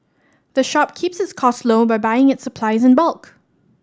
the shop keeps its cost low by buying its supplies in bulk